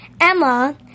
Emma